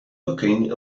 looking